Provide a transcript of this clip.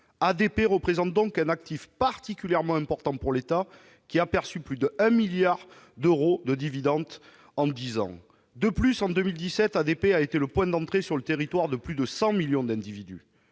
Il s'agit donc d'un actif particulièrement important pour l'État, lequel a perçu plus de 1,1 milliard d'euros de dividendes en dix ans. De plus, en 2017, ADP a été le point d'entrée sur le territoire de plus de 100 millions d'individus.